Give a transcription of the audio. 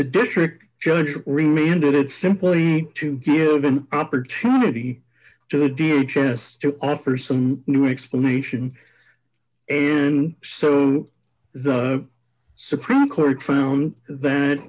the district judge really ended it simply to give an opportunity to the d j s to offer some new explanation and so the supreme court found that